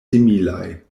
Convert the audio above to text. similaj